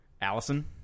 Allison